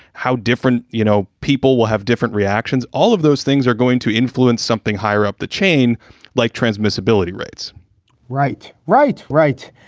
how different, you know, people will have different reactions. all of those things are going to influence something higher up the chain like transmissibility rates right. right. right.